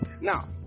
Now